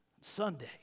Sunday